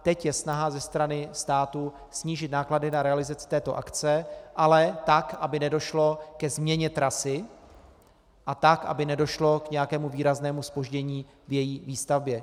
Teď je snaha ze strany státu snížit náklady na realizaci této akce, ale tak, aby nedošlo ke změně trasy, a tak, aby nedošlo k nějakému výraznému zpoždění v její výstavbě.